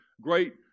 great